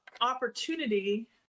opportunity